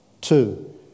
Two